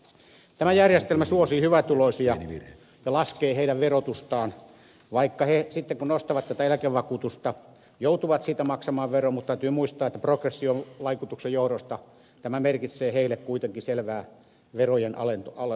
tämä järjestelmä suosii hyvätuloisia ja laskee heidän verotustaan vaikka he sitten kun nostavat tätä eläkevakuutusta joutuvat siitä maksamaan veroa mutta täytyy muistaa että progression vaikutuksen johdosta tämä merkitsee heille kuitenkin selvää verojen alentumista